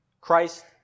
Christ